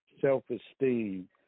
self-esteem